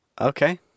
Okay